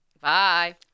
bye